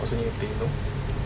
what do you think brother